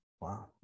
Wow